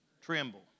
Tremble